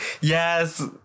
yes